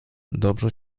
dobrze